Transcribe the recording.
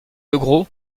gros